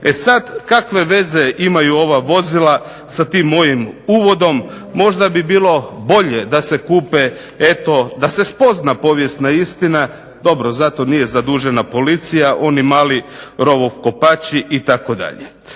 E sad, kakve veze imaju ova vozila sa tim mojim uvodom. Možda bi bilo bolje da se kupe eto, da se spozna povijesna istina. Dobro, zato nije zadužena policija, oni mali rovokopači itd.